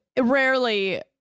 rarely